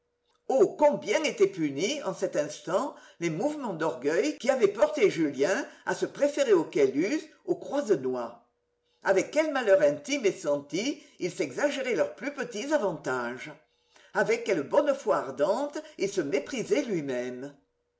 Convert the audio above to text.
combien étaient punis en cet instant les mouvements d'orgueil qui avaient porté julien à se préférer aux caylus aux croisenois avec quel malheur intime et senti il s'exagérait leurs plus petits avantages avec quelle bonne foi ardente il se méprisait lui-même